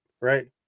right